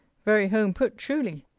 very home put, truly!